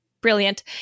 brilliant